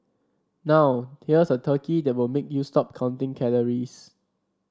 now here's a turkey that will make you stop counting calories